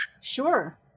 Sure